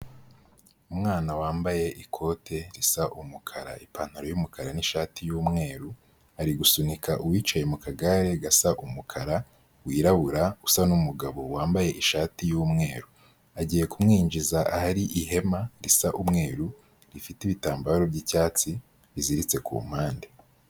Umwana wambaye ikote risa umukara, ipantaro y'umukara n'ishati y'umweru. Ari gusunika uwicaye mu kagare gasa umukara, wirabura, usa n'umugabo wambaye ishati y'umweru. Agiye kumwinjiza ahari ihema risa umweru rifite ibitambararo by'icyatsi biziritse ku mpande.